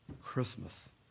Christmas